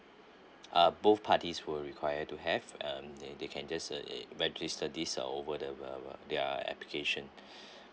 uh both parties were required to have um they they can just uh register this uh over the were were their application